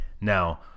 Now